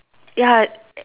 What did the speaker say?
ya